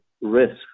risk